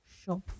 shop